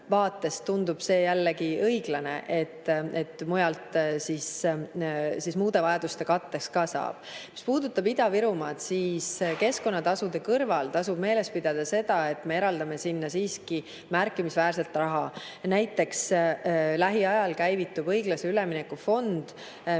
vaates tundub see jällegi õiglane, et seda raha muude vajaduste katteks ka saab. Mis puudutab Ida-Virumaad, siis keskkonnatasude kõrval tasub meeles pidada seda, et me eraldame sinna siiski märkimisväärselt raha. Näiteks lähiajal käivitub õiglase ülemineku fond mahus